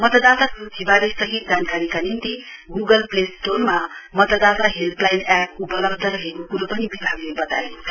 मतदाता सूचीबारे सही जानकारी निम्ति गुगल प्ले स्टोरमा मतदाता हेल्पलाइन एप उपलब्ध रहेको क्रो विभागले बताएको छ